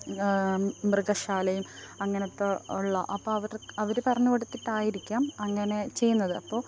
മൃഗശാലയും അങ്ങനെത്തെ ഉള്ള അപ്പം അവർ പറഞ്ഞു കൊടുത്തിട്ടായിരിക്കാം അങ്ങനെ ചെയ്യുന്നത് അപ്പോൾ